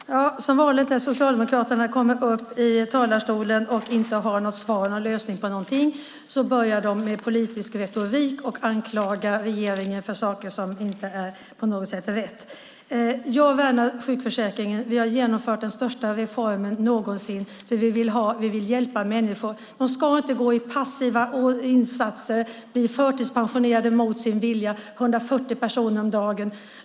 Fru talman! Som vanligt när Socialdemokraterna kommer upp i talarstolen och inte har någon lösning börjar de med politisk retorik och anklagar regeringen. Jag värnar sjukförsäkringen. Vi har genomfört den största reformen någonsin. Vi vill hjälpa människor. De ska inte gå i passiva insatser och bli förtidspensionerade mot sin vilja - 140 personer om dagen.